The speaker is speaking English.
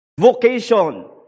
vocation